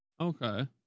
Okay